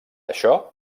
això